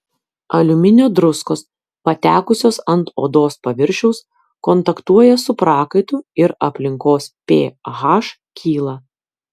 aliuminio druskos patekusios ant odos paviršiaus kontaktuoja su prakaitu ir aplinkos ph kyla